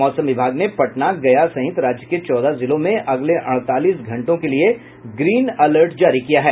मौसम विभाग ने पटना गया सहित राज्य के चौदह जिलों में अगले अड़तालीस घंटों के लिए ग्रीन अलर्ट जारी किया है